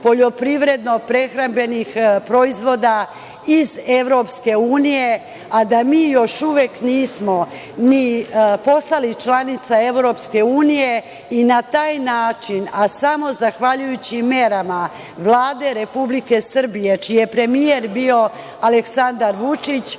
poljoprivredno-prehrambenih proizvoda iz EU, a da mi još uvek nismo ni postali članica EU i na taj način, a samo zahvaljujući merama Vlade Republike Srbije čiji je premijer bio Aleksandar Vučić,